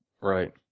Right